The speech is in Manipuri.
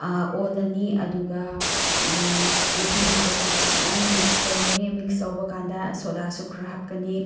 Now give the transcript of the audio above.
ꯑꯣꯜꯂꯅꯤ ꯑꯗꯨꯒ ꯏꯁꯤꯡ ꯍꯥꯞꯂꯒ ꯐꯖꯅ ꯃꯤꯛꯁ ꯇꯧꯔꯅꯤ ꯃꯤꯛꯁ ꯇꯧꯕ ꯀꯟꯗ ꯁꯣꯗꯥꯁꯨ ꯈꯔ ꯍꯥꯞꯀꯅꯤ